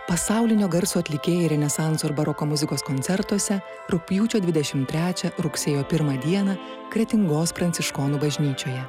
pasaulinio garso atlikėjai renesanso ir baroko muzikos koncertuose rugpjūčio dvidešimt trečią rugsėjo pirmą dieną kretingos pranciškonų bažnyčioje